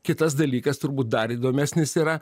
kitas dalykas turbūt dar įdomesnis yra